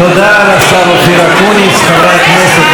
חברי הכנסת, נא לשבת, לא לצעוק.